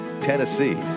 Tennessee